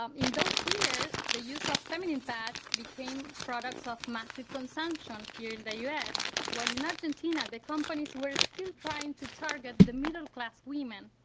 um in those years the use of feminine pads became products of massive consumption here in the us while in argentina the companies were still trying to target the middle class woman.